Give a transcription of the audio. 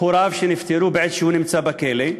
הוריו שנפטרו בעת שהוא נמצא בכלא,